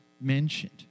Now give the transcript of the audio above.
mentioned